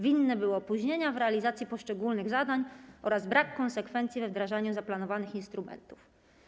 Winne były opóźnienia w realizacji poszczególnych zadań oraz brak konsekwencji we wdrażaniu zaplanowanych instrumentów.